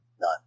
None